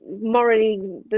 morally